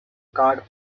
guard